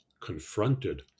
confronted